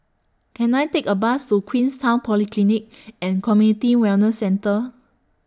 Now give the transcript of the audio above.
Can I Take A Bus to Queenstown Polyclinic and Community Wellness Centre